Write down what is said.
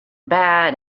bad